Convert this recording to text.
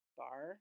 bar